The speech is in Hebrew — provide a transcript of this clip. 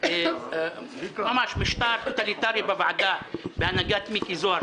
ממש משטר טוטליטרי בוועדה בהנהגת מיקי זוהר,